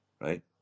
right